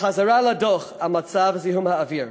בחזרה לדוח על מצב זיהום האוויר.